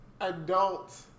adult